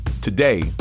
Today